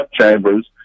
chambers